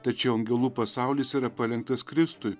tačiau angelų pasaulis yra palenktas kristui